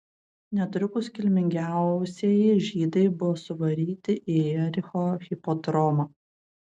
netrukus kilmingiausieji žydai buvo suvaryti į jericho hipodromą